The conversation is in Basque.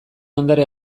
ondare